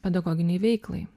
pedagoginei veiklai